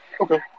Okay